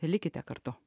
likite kartu